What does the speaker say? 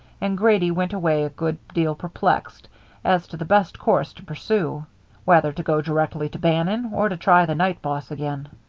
and grady went away a good deal perplexed as to the best course to pursue whether to go directly to bannon, or to try the night boss again.